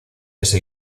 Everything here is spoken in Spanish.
ese